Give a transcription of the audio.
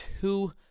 two